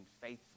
faithful